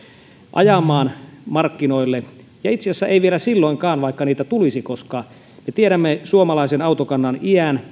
ajamaan ja itse asiassa ei vielä silloinkaan vaikka niitä tulisi koska me tiedämme suomalaisen autokannan iän